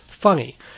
funny